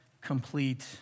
complete